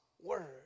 word